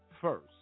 first